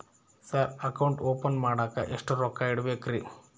Sir account open ಮಾಡಾಕ ಎಷ್ಟು ರೊಕ್ಕ ಇಡಬೇಕ್ರಿ?